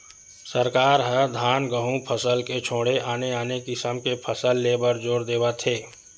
सरकार ह धान, गहूँ फसल के छोड़े आने आने किसम के फसल ले बर जोर देवत हे